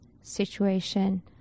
situation